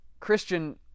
Christian